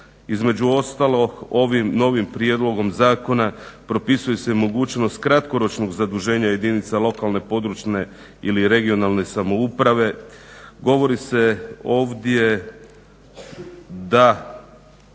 Između ostalog ovim novim prijedlogom zakona propisuje se mogućnost kratkoročnog zaduženja jedinica lokalne, područne ili regionalne samouprave. govori se ovdje da